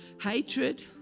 hatred